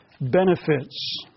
benefits